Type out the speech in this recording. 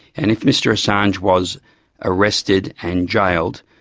and if mr assange was arrested and jailed,